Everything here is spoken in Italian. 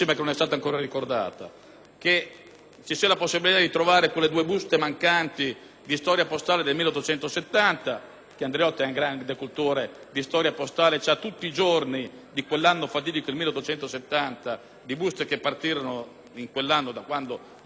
che ci sia la possibilità di trovare quelle due buste mancanti di storia postale del 1870. Andreotti, grande cultore di storia postale, ha tutti i giorni di quell'anno fatidico, il 1870, di buste che partirono in quell'anno da quando lo Stato della Chiesa diventava